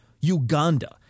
Uganda